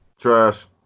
Trash